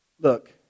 Look